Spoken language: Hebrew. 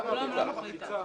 היא לא מחליטה.